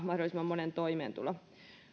mahdollisimman monen toimeentulo